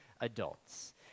adults